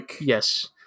yes